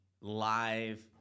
live